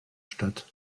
stadt